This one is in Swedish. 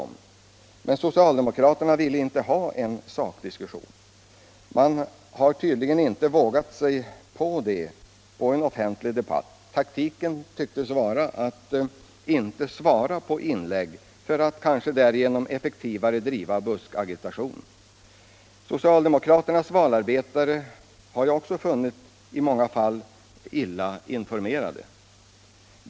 Men socialdemokraterna ville inte ha en sakdiskussion. Man har tydligen inte vågat sig på en offentlig debatt. Taktiken tycktes vara att inte svara på inlägg för att kanske därigenom effektivare kunna driva buskagitation. Socialdemokraternas valarbetare har jag också i många fall funnit illa informerade.